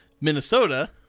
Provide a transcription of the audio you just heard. Minnesota